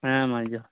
ᱦᱮᱸ ᱢᱟ ᱡᱚ